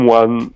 one